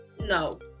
no